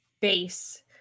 base